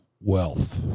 Wealth